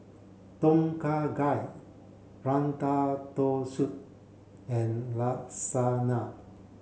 Tom Kha Gai Ratatouille and Lasagna